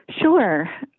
Sure